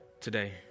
today